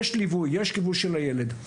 יש ליווי, יש --- של הילד.